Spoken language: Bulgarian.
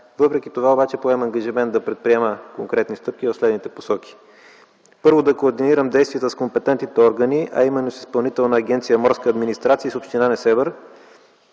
Въпреки това обаче поемам ангажимент да предприема конкретни стъпки в следните посоки: Първо, да координирам действията с компетентните органи, именно с Изпълнителната агенция „Морска администрация” и с община Несебър,